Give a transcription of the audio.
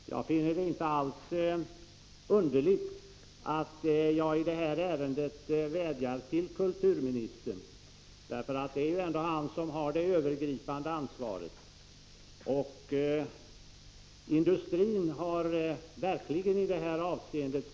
Herr talman! Jag finner det inte alls underligt att jag i det här ärendet vädjar till kulturministern. Det är ju ändå han som har det övergripande ansvaret. Industrin har verkligen ställt upp i det här avseendet.